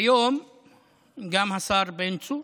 כיום גם השר בן צור,